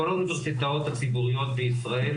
כל האוניברסיטאות הציבוריות בישראל